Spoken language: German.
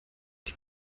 die